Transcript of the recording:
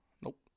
Nope